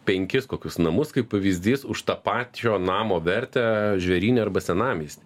penkis kokius namus kaip pavyzdys už tą pačio namo vertę žvėryne arba senamiesty